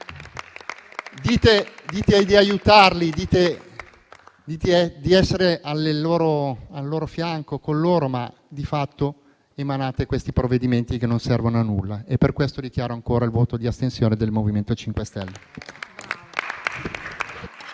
Dite di aiutarli, dite di essere al loro fianco, ma di fatto emanate questi provvedimenti che non servono a nulla. Per questo dichiaro ancora il voto di astensione del MoVimento 5 Stelle.